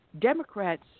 Democrats